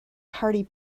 hardy